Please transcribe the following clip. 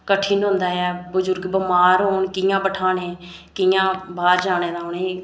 कठिन होंदा ऐ ते बुजुर्ग बमार होन कि'यां बठाने कि'यां बाहर जाने दा उ'नेंगी